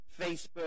Facebook